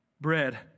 bread